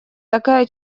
такая